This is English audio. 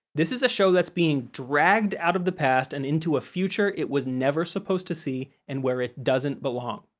this is a show that's being dragged out of the past and into a future it was never supposed to see and where it doesn't belong.